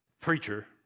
preacher